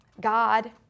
God